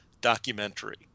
documentary